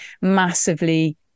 massively